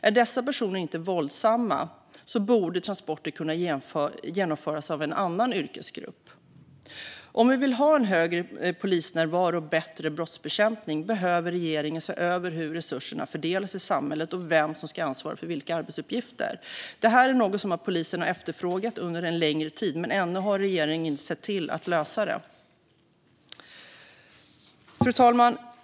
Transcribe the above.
Är dessa personer inte våldsamma borde transporter kunna genomföras av en annan yrkesgrupp. Om vi vill ha en högre polisnärvaro och bättre brottsbekämpning behöver regeringen se över hur resurserna fördelas i samhället och vem som ska ansvara för vilka arbetsuppgifter. Det här är något som polisen har efterfrågat under en längre tid, men ännu har inte regeringen sett till att lösa det. Fru talman!